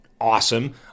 awesome